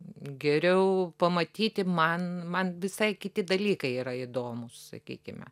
geriau pamatyti man man visai kiti dalykai yra įdomūs sakykime